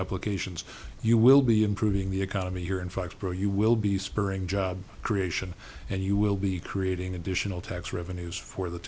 application you will be improving the economy here in fact grow you will be spring job creation and you will be creating additional tax revenues for the